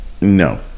No